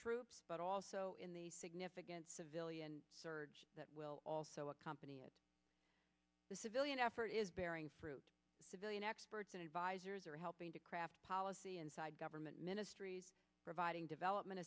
troops but also in the significance of ilion surge that will also accompany it the civilian effort is bearing fruit civilian experts and advisors are helping to craft policy inside government ministries providing development